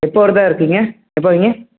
எப்போ வர்றதா இருக்கீங்க எப்போ வர்றீங்க